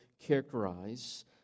characterize